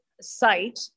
site